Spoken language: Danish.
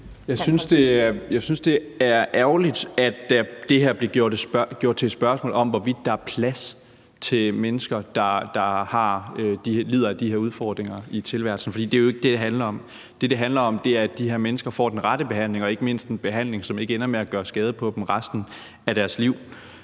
Jeg synes, det er ærgerligt, at det her bliver gjort til et spørgsmål om, hvorvidt der er plads til mennesker, der lider under de her udfordringer i tilværelsen, for det er jo ikke det, det handler om. Det, det handler om, er, at de her mennesker får den rette behandling og ikke mindst en behandling, som ikke ender med at gøre skade på dem resten af deres liv.